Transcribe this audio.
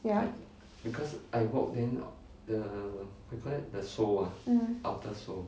ya mm